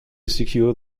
secure